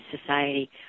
society